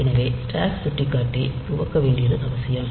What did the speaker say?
எனவே ஸ்டாக் சுட்டிக்காட்டி துவக்க வேண்டியது அவசியம்